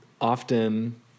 often